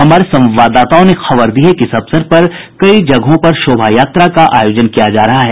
हमारे संवाददाताओं ने खबर दी है कि इस अवसर पर कई जगहों पर शोभायात्रा का आयोजन किया जा रहा है